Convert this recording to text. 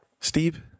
Steve